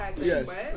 Yes